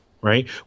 right